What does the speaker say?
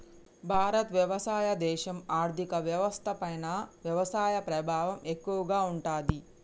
భారత్ వ్యవసాయ దేశం, ఆర్థిక వ్యవస్థ పైన వ్యవసాయ ప్రభావం ఎక్కువగా ఉంటది